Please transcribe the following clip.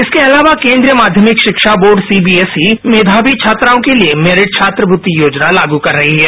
इसके अलावा केन्द्रीय माध्यमिक शिक्षा बोर्ड सीबीएसई मेधावी छात्राओं के लिए मैरिट छात्रवृति योजना लागू कर रही है